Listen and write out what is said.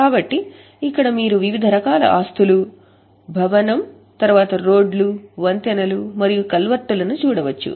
కాబట్టి ఇక్కడ మీరు వివిధ రకాల ఆస్తులు భవనం తరువాత రోడ్లు వంతెనలు మరియు కల్వర్టులను చూడవచ్చు